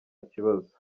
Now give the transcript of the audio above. kibazo